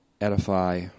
edify